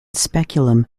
speculum